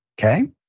Okay